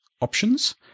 options